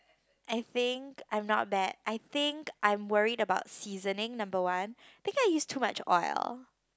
I think I'm not bad I think I'm worried about seasoning number one think I use too much oil